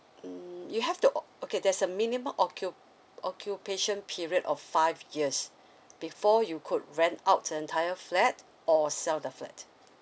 mm you have to oc~ okay there's a minimum of occu~ occupation period of five years before you could rent out entire flat or sell the flat